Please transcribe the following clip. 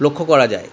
লক্ষ্য করা যায়